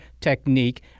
technique